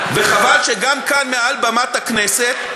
וחבל שגם כאן, מעל במת הכנסת,